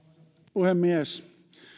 puhemies